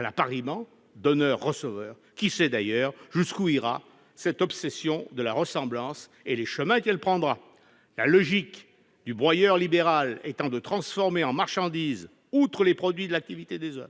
l'« appariement » entre donneurs et receveurs ? Qui sait d'ailleurs jusqu'où ira cette obsession de la ressemblance et quels chemins elle prendra ? La logique du broyeur libéral étant de transformer en marchandise, outre les produits de l'activité des hommes,